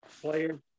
player